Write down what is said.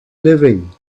living